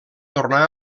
tornar